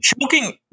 Choking